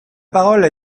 parole